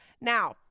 Now